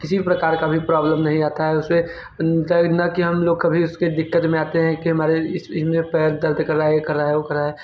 किसी भी प्रकार का भी प्रॉब्लम नहीं आता है उसे चाहे न की हम लोग कभी उसके दिक्कत में आते हैं की हमारे इस पैर दर्द कर रहा है यह कर रहा है वह कर रहा है